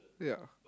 ya